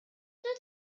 did